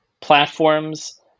platforms